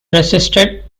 resisted